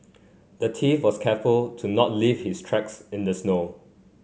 the thief was careful to not leave his tracks in the snow